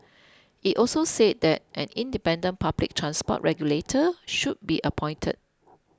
it also said that an independent public transport regulator should be appointed